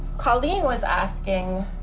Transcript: colleen was asking